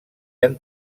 han